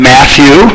Matthew